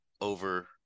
over